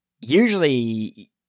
usually